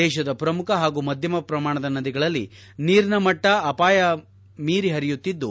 ದೇಶದ ಪ್ರಮುಖ ಹಾಗೂ ಮಧ್ಯಮ ಪ್ರಮಾಣದ ನದಿಗಳಲ್ಲಿ ನೀರಿನ ಮಟ್ಟ ಅಪಾಯ ಮೀರಿ ಹರಿಯುತ್ತಿದ್ದು